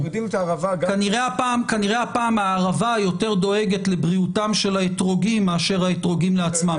כנראה הפעם הערבה יותר דואגת לבריאותם של האתרוגים מאשר האתרוגים לעצמם.